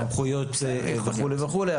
סמכויות וכו' וכו'.